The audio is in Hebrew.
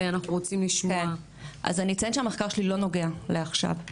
אני אציין שהמחקר שלי לא נוגע לעכשיו,